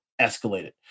escalated